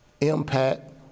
impact